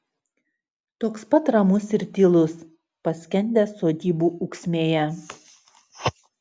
toks pat ramus ir tylus paskendęs sodybų ūksmėje